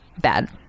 bad